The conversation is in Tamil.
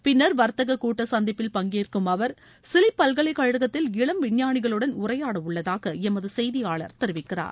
பின்னர் வர்த்தக கூட்ட சந்திப்பில் பங்கேற்கும் அவர் சிலி பல்கலைக்கழகத்தில் இளம் விஞ்ஞானிகளுடன் உரையாடவுள்ளதாக எமது செய்தியாளர் தெரிவிக்கிறார்